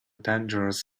dangerous